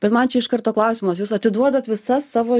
bet man čia iš karto klausimas jūs atiduodat visas savo